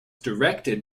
directed